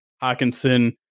Hawkinson